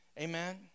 Amen